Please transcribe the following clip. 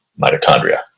mitochondria